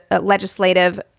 legislative